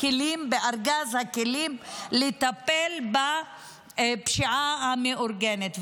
כלים בארגז הכלים לטפל בפשיעה המאורגנת.